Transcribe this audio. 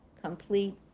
complete